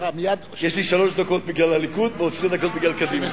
יש לי שלוש דקות בגלל הליכוד ועוד שתי דקות בגלל קדימה.